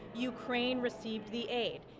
ukraine receives the aid,